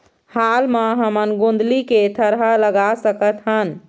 हाल मा हमन गोंदली के थरहा लगा सकतहन?